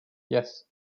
yes